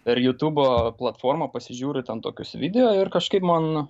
per jutubo platformą pasižiūriu ten tokius video ir kažkaip man